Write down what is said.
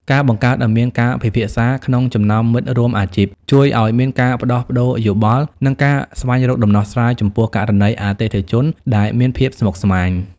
ការបង្កើតឱ្យមានការពិភាក្សាក្នុងចំណោមមិត្តរួមអាជីព ជួយឱ្យមានការផ្ដោះប្ដូរយោបល់ និងការស្វែងរកដំណោះស្រាយចំពោះករណីអតិថិជនដែលមានភាពស្មុគស្មាញ។